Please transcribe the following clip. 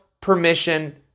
permission